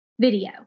video